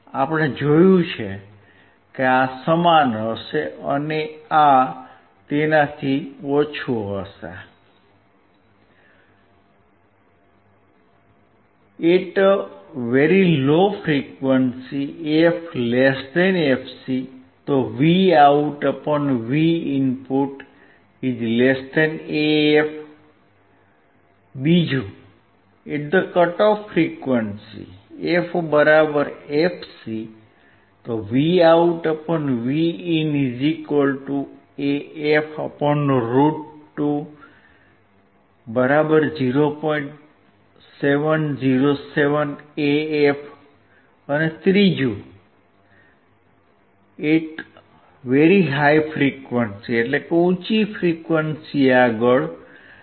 આપણે જોયું છે કે આ સમાન હશે અને આ તેનાથી ઓછું હશે